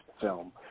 film